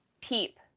peep